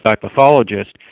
pathologist